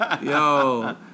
yo